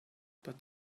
but